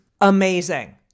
amazing